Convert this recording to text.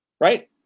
right